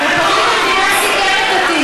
ועד היום אומר שהיה פיגוע תקשיב,